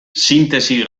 sintesi